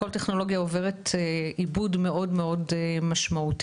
כל טכנולוגיה עוברת עיבוד מאוד מאוד משמעותי,